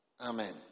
Amen